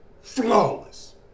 Flawless